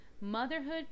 motherhood